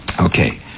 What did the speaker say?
Okay